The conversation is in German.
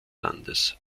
landes